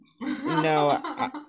No